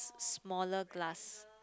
smaller glass